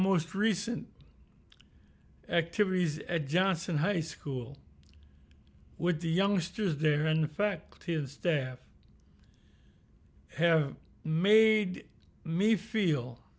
most recent activities at johnson high school with the youngsters there and the fact his staff have made me feel